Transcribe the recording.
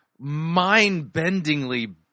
mind-bendingly